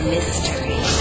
Mystery